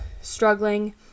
struggling